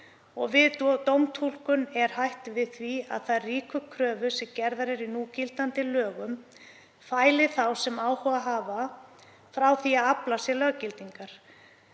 Við dómtúlkun er hætt við því að þær ríku kröfur sem gerðar eru í núgildandi lögum fæli þá sem áhuga hafa frá því að afla sér löggildingar.